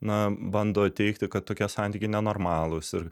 na bando teigti kad tokie santykiai nenormalūs ir